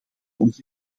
onze